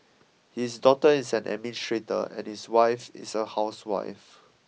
his daughter is an administrator and his wife is a housewife